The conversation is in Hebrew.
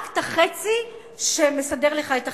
רק את החצי שמסדר לך את החיים.